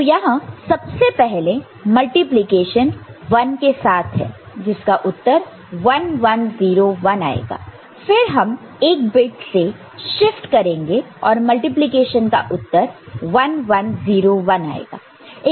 तो यहां सबसे पहला मल्टीप्लिकेशन 1 के साथ है जिसका उत्तर 1 1 0 1 आएगा फिर हम एक बिट से शिफ्ट करेंगे और मल्टीप्लिकेशन का उत्तर 1 1 0 1 आएगा